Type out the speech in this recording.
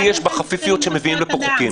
אבל --- בזכויות אדם.